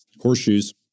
Horseshoes